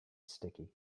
sticky